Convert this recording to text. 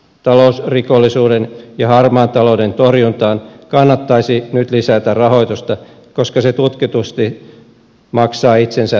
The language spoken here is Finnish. talousrikollisuuden ja harmaan talouden torjuntaan kannattaisi nyt lisätä rahoitusta koska se tutkitusti maksaa itsensä takaisin